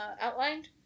outlined